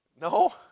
No